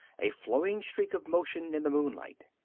a flowing streak of motion in the moonlight.